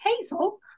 Hazel